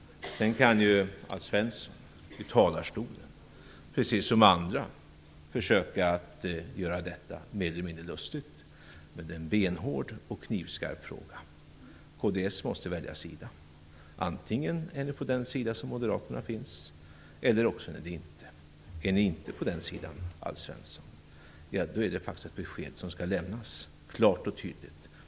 Sedan kan ju Alf Svensson, precis som andra, i talarstolen försöka att göra detta mer eller mindre lustigt. Men det är en benhård och knivskarp fråga. Kds måste välja sida. Antingen står ni på sidan där moderaterna finns eller också gör ni det inte. Om ni inte står på den sidan skall det beskedet lämnas klart och tydligt.